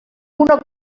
una